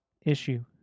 issue